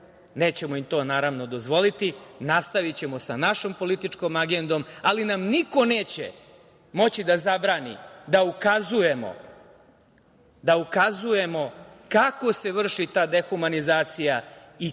Nećemo im to, naravno, dozvoliti, nastavićemo sa našom političkom agendom, ali nam niko neće moći da zabrani da ukazujemo kako se vrši ta dehumanizacija i kako i koji